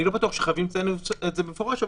אני לא בטוח שחייבים לציין את זה במפורש.